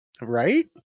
right